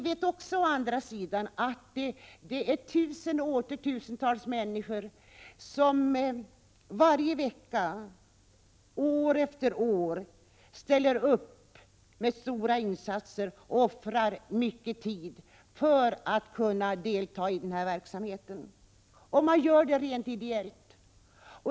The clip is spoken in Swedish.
Å andra sidan är det tusentals människor som varje vecka, år efter år, ställer upp med stora insatser och offrar mycket tid för att kunna delta i denna verksamhet, och de gör det rent ideellt.